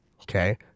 okay